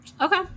Okay